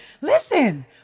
listen